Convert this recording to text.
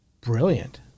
brilliant